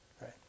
right